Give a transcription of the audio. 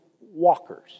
walkers